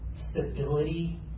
stability